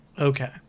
Okay